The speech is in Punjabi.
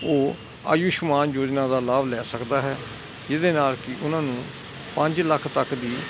ਉਹ ਆਯੁਸ਼ਮਾਨ ਯੋਜਨਾ ਦਾ ਲਾਭ ਲੈ ਸਕਦਾ ਹੈ ਜਿਹਦੇ ਨਾਲ ਕਿ ਉਹਨਾਂ ਨੂੰ ਪੰਜ ਲੱਖ ਤੱਕ ਦੀ